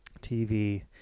TV